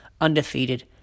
undefeated